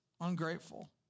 ungrateful